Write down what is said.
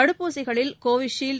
தடுப்பூசிகளில் Covishield